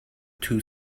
two